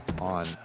on